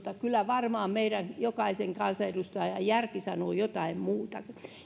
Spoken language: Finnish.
kyllä varmaan meidän jokaisen kansanedustajan järki sanoo jotain muuta